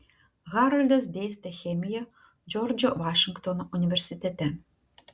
haroldas dėstė chemiją džordžo vašingtono universitete